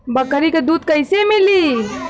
बकरी क दूध कईसे मिली?